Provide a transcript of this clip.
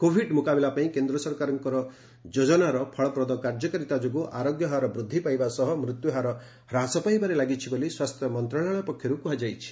covid ମୁକାବିଲା ପାଇଁ କେନ୍ଦ୍ର ସରକାରଙ୍କ ଯୋଜନାର ଫଳପ୍ରଦ କାର୍ଯ୍ୟକାରିତା ଯୋଗୁଁ ଆରୋଗ୍ୟ ହାର ବୃଦ୍ଧି ପାଇବା ସହ ମୃତ୍ୟୁହାର ହ୍ରାସ ପାଇବାରେ ଲାଗିଛି ବୋଲି ସ୍ୱାସ୍ଥ୍ୟ ମନ୍ତ୍ରଣାଳୟ ପକ୍ଷରୁ କୁହାଯାଇଛି